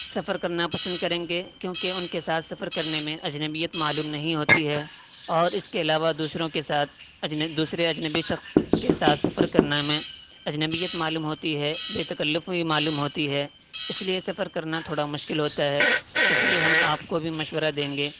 سفر کرنا پسند کریں گے کیونکہ ان کے ساتھ سفر کرنے میں اجنبیت معلوم نہیں ہوتی ہے اور اس کے علاوہ دوسروں کے ساتھ دوسرے اجنبی شخص کے ساتھ سفر کرنے میں اجنبیت معلوم ہوتی ہے بےتکلفی معلوم ہوتی ہے اس لیے سفر کرنا تھوڑا مشکل ہوتا ہے اس لیے ہم آپ کو بھی مشورہ دیں گے